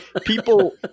people